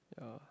yeah